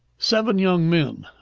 seven young men,